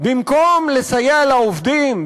במקום לסייע לעובדים,